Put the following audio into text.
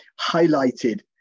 highlighted